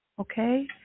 Okay